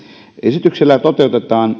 esityksellä toteutetaan